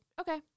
okay